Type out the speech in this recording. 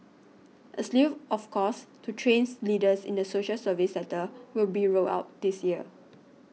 a slew of courses to trains leaders in the social service sector will be rolled out this year